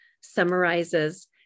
summarizes